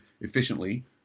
efficiently